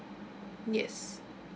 yes